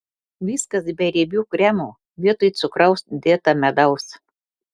viskas be riebių kremų vietoj cukraus dėta medaus